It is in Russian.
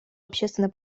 общественно